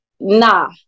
nah